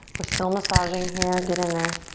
we're still massaging here, get in there.